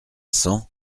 sang